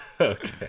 okay